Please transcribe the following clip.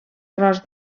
gros